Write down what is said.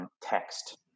Text